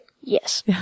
Yes